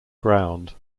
ground